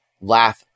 laugh